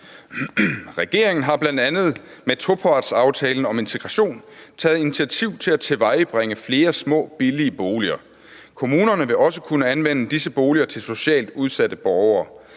»Regeringen har blandt andet med topartsaftalen om integration taget initiativ til at tilvejebringe flere små billige boliger. Kommunerne vil også kunne anvende disse boliger til socialt udsatte borgere.